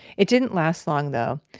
it didn't last long though.